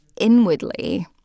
inwardly